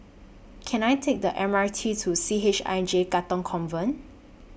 Can I Take The M R T to C H I J Katong Convent